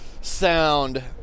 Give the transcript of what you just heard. sound